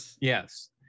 yes